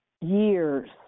years